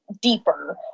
deeper